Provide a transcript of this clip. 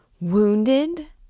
Wounded